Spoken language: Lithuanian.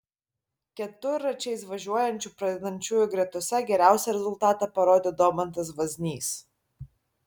keturračiais važiuojančių pradedančiųjų gretose geriausią rezultatą parodė domantas vaznys